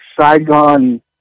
Saigon